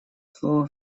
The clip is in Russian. слово